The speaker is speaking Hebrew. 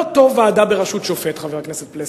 לא טוב ועדה בראשות שופט, חבר הכנסת פלסנר.